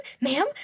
Ma'am